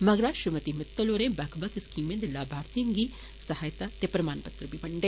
मगरा श्रीमति मित्तल होरें बक्ख बक्ख स्कीमें दे लाभार्थिएं गी सहायात ते प्रमाणपत्र बी बंडे